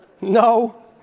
No